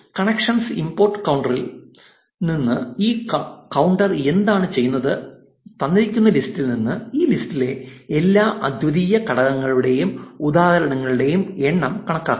ഇപ്പോൾ collections import കൌണ്ടറിൽ നിന്ന് ഈ കൌണ്ടർ എന്താണ് ചെയ്യുന്നത് തന്നിരിക്കുന്ന ലിസ്റ്റിൽ നിന്ന് ഈ ലിസ്റ്റിലെ എല്ലാ അദ്വിതീയ ഘടകങ്ങളുടെയും ഉദാഹരണങ്ങളുടെ എണ്ണം കണക്കാക്കും